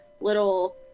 little